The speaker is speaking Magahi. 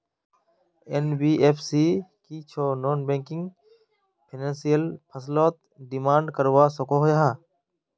एन.बी.एफ.सी की छौ नॉन बैंकिंग फाइनेंशियल फसलोत डिमांड करवा सकोहो जाहा?